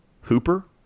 Hooper